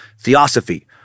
theosophy